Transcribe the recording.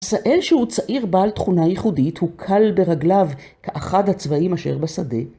אז האל שהוא צעיר בעל תכונה ייחודית, הוא קל ברגליו כאחד הצבעים אשר בשדה?